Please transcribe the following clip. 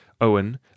Owen